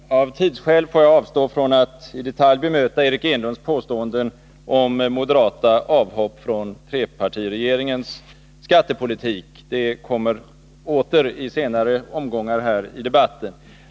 Herr talman! Av tidsskäl får jag avstå från att i detalj bemöta Eric Enlunds påståenden om moderata avhopp från trepartiregeringens skattepolitik. Den saken kommer åter i senare omgångar i debatten.